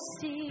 See